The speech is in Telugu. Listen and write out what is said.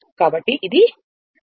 కాబట్టి ఇది వోల్ట్